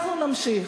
אנחנו נמשיך.